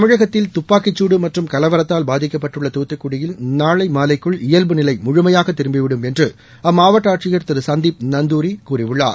தமிழகத்தில் துப்பாக்கி சூடு மற்றும் கலவரத்தால் பாதிக்கப்பட்டுள்ள துத்துக்குடியில் நாளை மாலைக்குள் இயல்புநிலை முழுமையாக திரும்பிவிடும் என்று அம்மாவட்ட ஆட்சியர் திரு சந்தீப் நந்துரி கூறியுள்ளார்